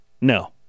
no